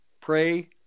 pray